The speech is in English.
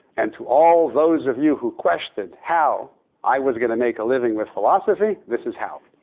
and to all those of you who questioned how i was going to make a living with philosophy, this is how.